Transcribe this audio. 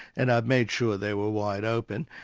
and i've made sure they were wide open,